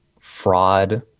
fraud